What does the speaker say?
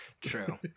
True